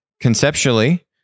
conceptually